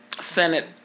Senate